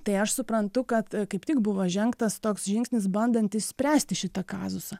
tai aš suprantu kad kaip tik buvo žengtas toks žingsnis bandant išspręsti šitą kazusą